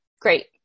Great